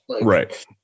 Right